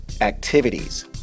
activities